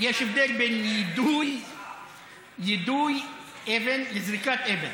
יש הבדל בין יידוי אבן לזריקת אבן,